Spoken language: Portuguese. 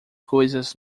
coisas